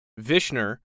Vishner